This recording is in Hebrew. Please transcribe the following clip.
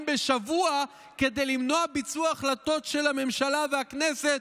בשבוע כדי למנוע ביצוע החלטות של הממשלה והכנסת,